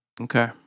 Okay